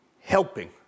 helping